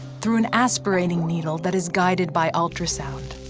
through an aspirating needle that is guided by ultrasound.